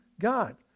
God